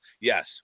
yes